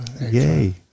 Yay